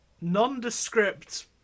nondescript